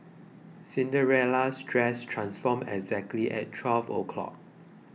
Cinderella's dress transformed exactly at twelve o'clock